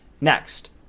Next